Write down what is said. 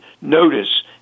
notice